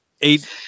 eight